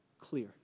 clear